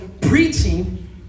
preaching